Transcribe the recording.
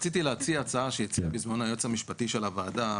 רציתי להציע הצעה שהציע בזמנו הייעוץ המשפטי של הוועדה.